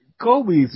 Kobe's